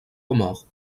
comores